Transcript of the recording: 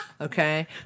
Okay